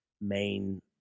main